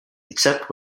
except